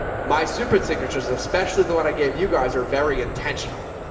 my super signature is especially the one i gave you guys are very intentional.